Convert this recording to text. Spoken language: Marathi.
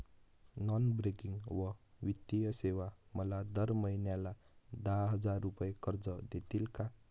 नॉन बँकिंग व वित्तीय सेवा मला दर महिन्याला दहा हजार रुपये कर्ज देतील का?